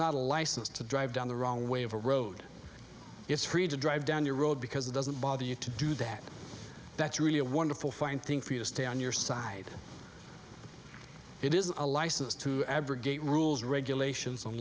not a license to drive down the wrong way of a road it's free to drive down your road because it doesn't bother you to do that that's really a wonderful fine thing for you to stay on your side it is a license to abrogate rules regulations on